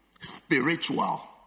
spiritual